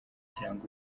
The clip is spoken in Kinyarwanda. kiranga